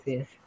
Yes